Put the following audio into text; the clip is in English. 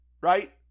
right